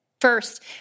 First